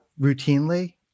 routinely